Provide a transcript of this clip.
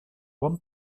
bon